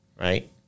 Right